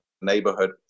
neighborhood